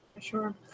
Sure